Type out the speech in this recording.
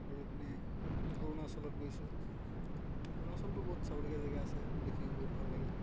আৰু এইপিনে অৰুণাচলত গৈছোঁ অৰুণাচলতো বহুত চাবলগীয়া জেগা আছে সেইবিলাক দেখি বহুত ভাল লাগে